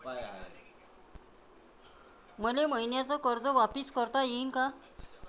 मले मईन्याचं कर्ज वापिस करता येईन का?